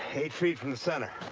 eight feet from the center.